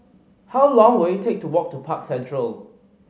how long will it take to walk to Park Central